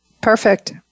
Perfect